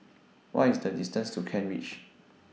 What IS The distance to Kent Ridge